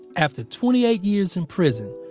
after twenty eight years in prison,